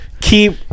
keep